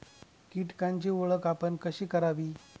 कीटकांची ओळख आपण कशी करावी?